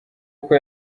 uko